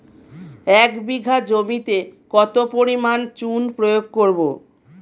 এক বিঘা জমিতে কত পরিমাণ চুন প্রয়োগ করব?